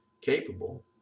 capable